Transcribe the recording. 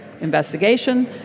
investigation